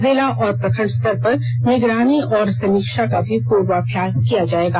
जिला और प्रखंड स्तर पर निगरानी और समीक्षा का भी पूर्वाभ्यास किया जाएगा